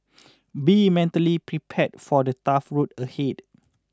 be mentally prepared for the tough road ahead